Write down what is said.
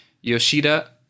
Yoshida